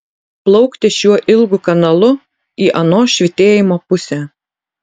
plaukti šiuo ilgu kanalu į ano švytėjimo pusę